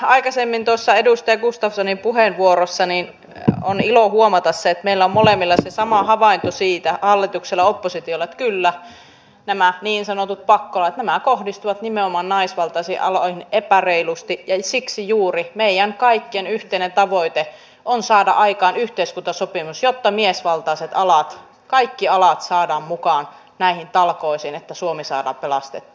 aikaisemmin edustaja gustafssonin puheenvuorosta on ilo huomata se että meillä on molemmilla se sama havainto hallituksella ja oppositiolla että kyllä nämä niin sanotut pakkolait kohdistuvat nimenomaan naisvaltaisiin aloihin epäreilusti ja siksi juuri meidän kaikkien yhteinen tavoite on saada aikaan yhteiskuntasopimus jotta miesvaltaiset alat kaikki alat saadaan mukaan näihin talkoisiin että suomi saadaan pelastettua